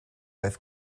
oedd